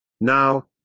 Now